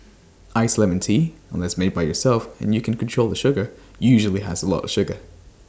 Iced Lemon Tea unless made by yourself and you can control the sugar usually has A lot of sugar